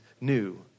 new